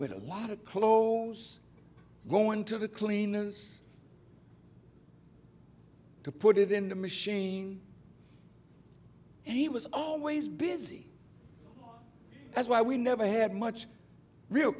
with a lot of clothes going to the cleaners to put it in the machine he was always busy as well we never had much real